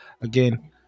again